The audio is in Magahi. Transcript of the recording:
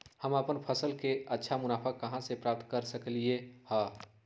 हम अपन फसल से अच्छा मुनाफा कहाँ से प्राप्त कर सकलियै ह?